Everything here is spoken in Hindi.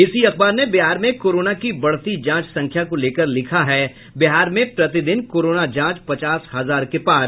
इसी अखबार ने बिहार में कोरोना की बढ़ती जांच संख्या को लेकर लिखा है बिहार में प्रतिदिन कोरोना जांच पचास हजार के पार